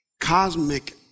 cosmic